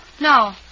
No